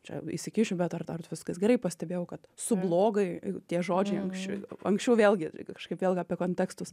čia įsikišo bet ar tau viskas gerai pastebėjau kad sublogai tie žodžiai ankš anksčiau vėlgi kažkaip vėlgi apie kontekstus